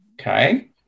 okay